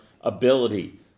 ability